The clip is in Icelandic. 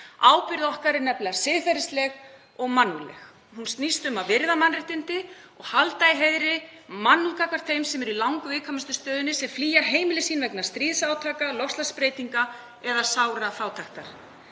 Ábyrgð okkar er nefnilega siðferðisleg og mannúðleg. Hún snýst um að virða mannréttindi og halda í heiðri mannúð gagnvart þeim sem eru í langviðkvæmustu stöðunni, sem flýja heimili sín vegna stríðsátaka, loftslagsbreytinga eða sárafátæktar.